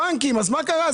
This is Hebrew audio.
הבנקים, אז מה קרה?